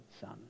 Son